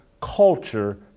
Culture